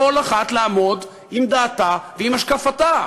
כל אחת לעמוד עם דעתה ועם השקפתה.